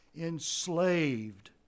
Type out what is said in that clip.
enslaved